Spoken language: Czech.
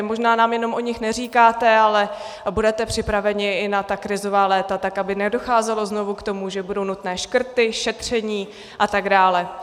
Možná nám jenom o nich neříkáte, ale budete připraveni i na ta krizová léta tak, aby nedocházelo znovu k tomu, že budou nutné škrty, šetření atd.